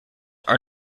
are